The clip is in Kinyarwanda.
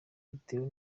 bitewe